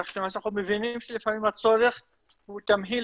כך שלמעשה אנחנו מבינים שלפעמים הצורך הוא תמהיל